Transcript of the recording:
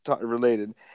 related